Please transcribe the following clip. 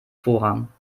vorrang